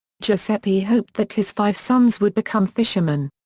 giuseppe hoped that his five sons would become fishermen.